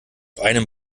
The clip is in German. einem